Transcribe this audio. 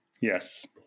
Yes